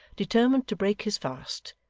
determined to break his fast,